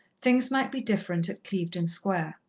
things might be different at clevedon square.